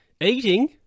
eating